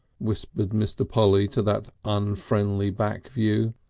whispered mr. polly to that unfriendly back view.